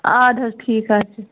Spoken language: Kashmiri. اَدٕ حظ ٹھیٖک حظ چھُ